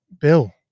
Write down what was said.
Bill